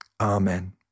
Amen